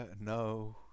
No